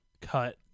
Cut